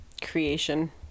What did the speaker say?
creation